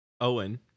Owen